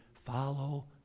Follow